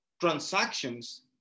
transactions